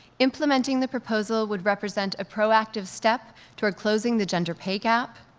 implementing the proposal would represent a proactive step toward closing the gender pay gap.